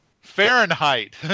Fahrenheit